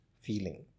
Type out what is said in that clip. feeling